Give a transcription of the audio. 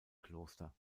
kloster